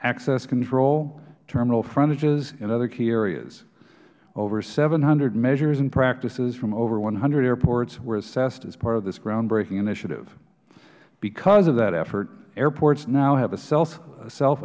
access control terminal frontages and other key areas over seven hundred measures and practices from over one hundred airports were assessed as part of this groundbreaking initiative because of that effort airports now have a self